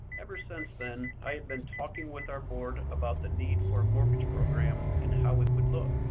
ever since then, i had been talking with our board about the need for a mortgage program and how it would look.